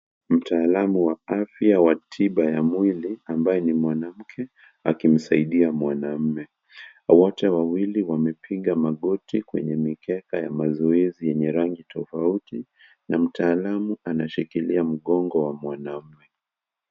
Mtaalamu wa afya wa tiba ya mwili ambaye ni mwanamke, akimsaidia mwanamume. Wote wawili wamepiga magoti kwenye mikeka ya mazoezi yenye rangi tofauti na mtaalamu anashikilia mgongo wa mwanamume.